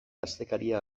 astekaria